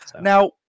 Now